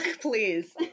Please